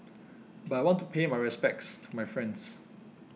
but I want to pay my respects to my friends